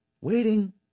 Waiting